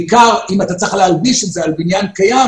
בעיקר אם אתה צריך להלביש את זה על בניין קיים